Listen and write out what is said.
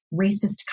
racist